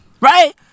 right